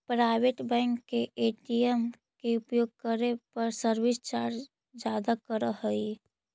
private bank के ATM के उपयोग करे पर सर्विस चार्ज ज्यादा करऽ हइ